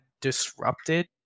disrupted